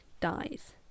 dies